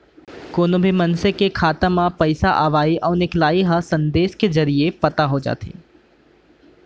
कोनो भी मनसे के खाता म पइसा अवइ अउ निकलई ह संदेस के जरिये पता हो जाथे